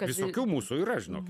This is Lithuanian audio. visokių mūsų yra žinokit